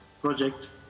project